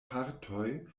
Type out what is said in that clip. partoj